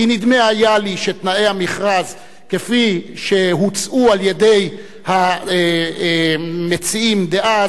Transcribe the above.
כי נדמה היה לי שתנאי המכרז כפי שהוצעו על-ידי המציעים דאז,